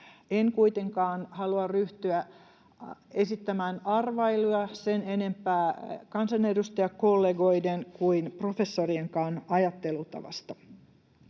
En kuitenkaan halua ryhtyä esittämään arvailuja sen enempää kansanedustajakollegoiden kuin professorienkaan ajattelutavasta.